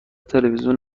تلویزیون